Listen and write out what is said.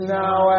now